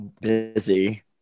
Busy